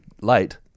late